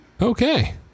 okay